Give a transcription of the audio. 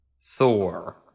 Thor